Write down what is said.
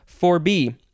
4B